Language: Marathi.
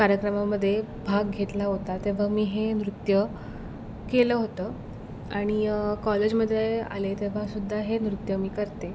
कार्यक्रमामध्ये भाग घेतला होता तेव्हा मी हे नृत्य केलं होतं आणि कॉलेजमध्ये आले तेव्हा सुद्धा हे नृत्य मी करते